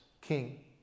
king